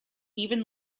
even